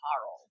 Carl